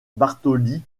bartoli